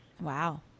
Wow